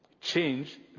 Change